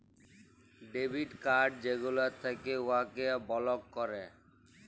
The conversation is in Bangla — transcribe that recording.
ডেবিট কাড় যেগলা থ্যাকে উয়াকে বলক ক্যরে